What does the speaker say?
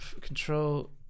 control